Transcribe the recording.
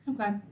Okay